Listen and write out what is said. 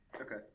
Okay